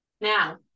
Now